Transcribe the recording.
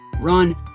run